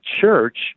Church